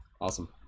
Awesome